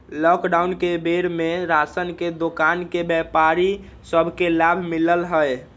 lockdown के बेर में राशन के दोकान के व्यापारि सभ के लाभ मिललइ ह